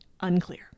unclear